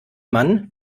man